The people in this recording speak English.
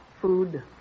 food